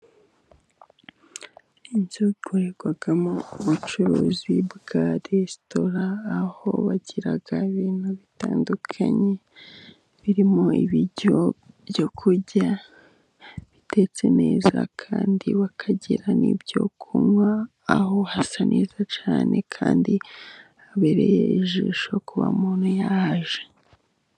Inzu ikorerwamo ubucuruzi bwa resitora, aho bagira ibintu bitandukanye birimo ibiryo byo kurya bitetse neza kandi bakagira n'ibyo kunywa, aho hasa neza cyane kandi habereye ijisho kuba umuntu yahajya.